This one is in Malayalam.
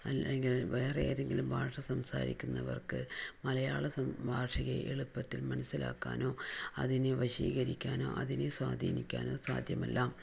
അല്ലെങ്കില് വേറെ ഏതെങ്കിലും ഭാഷ സംസാരിക്കുന്നവര്ക്ക് മലയാള സം ഭാഷയെ എളുപ്പത്തില് മനസ്സിലാക്കാനോ അതിനെ വശീകരിക്കാനോ അതിനെ സ്വാധീനിക്കാനോ സാധ്യമല്ല